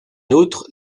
outre